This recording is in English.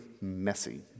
messy